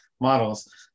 models